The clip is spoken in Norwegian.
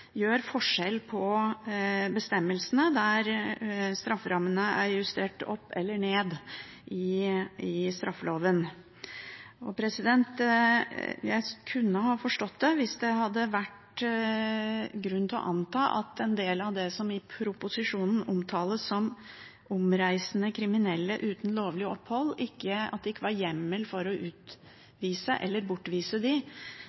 gjør forskjell på bestemmelsene der strafferammene er justert opp eller ned i straffeloven. Jeg kunne ha forstått det hvis det hadde vært grunn til å anta at det for en del av dem som i proposisjonen omtales som «omreisende kriminelle» uten lovlig opphold, ikke er hjemmel for å utvise eller bortvise